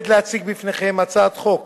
אנחנו עוברים לסעיף 10 בסדר-היום: הצעת חוק